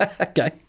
Okay